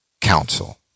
council